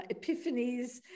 epiphanies